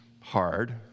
hard